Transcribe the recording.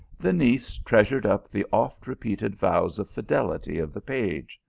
the niece treasured up the oft-repeated vows of fidelity of the page.